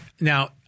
Now